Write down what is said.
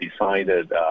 decided